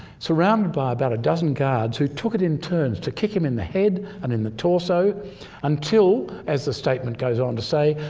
surrounded by about a dozen guards who took it in turns to kick him in the head and in the torso until, as the statement goes on to say,